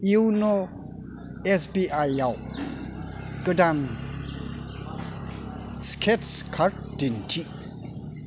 इउन' एसबीआईआव गोदान स्केट्स कार्ड दिन्थि